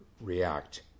react